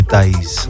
Days